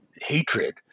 hatred